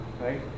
right